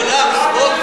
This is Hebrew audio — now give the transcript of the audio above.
עם חולם.